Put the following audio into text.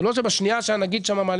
זה לא שבשנייה שהנגיד שם,